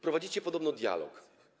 Prowadzicie podobno dialog.